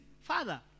father